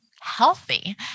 healthy